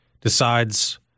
decides